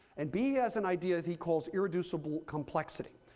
and behe has an idea that he calls irreducible complexity.